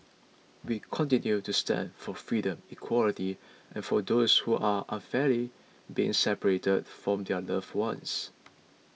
we continue to stand for freedom equality and for those who are unfairly being separated from their loved ones